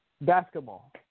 Basketball